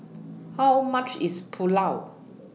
How much IS Pulao